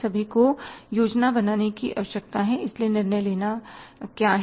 कि सभी को योजना बनाने की आवश्यकता है इसलिए निर्णय लेना क्या है